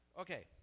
Okay